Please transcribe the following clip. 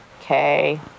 okay